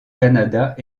canada